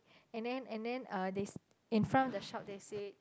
and then and then uh this in front of the shop they say